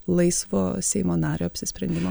laisvo seimo nario apsisprendimo